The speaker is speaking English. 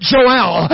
Joel